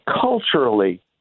culturally